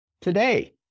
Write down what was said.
today